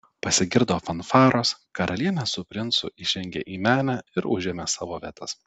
pasigirdo fanfaros karalienė su princu įžengė į menę ir užėmė savo vietas